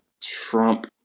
Trump